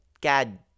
God